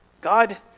God